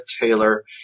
Taylor